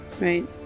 right